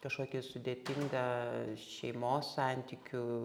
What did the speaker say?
kažkokį sudėtingą šeimos santykių